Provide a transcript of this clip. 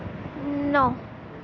नौ